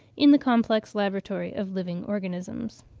in the complex laboratory of living organisms.